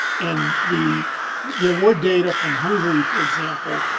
and the there were data from hungary, for example,